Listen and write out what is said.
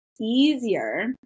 easier